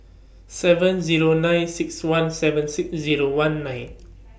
seven Zero nine six one seven six Zero one nine